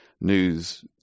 news